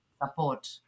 support